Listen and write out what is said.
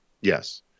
Yes